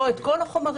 לא את כל החומרים.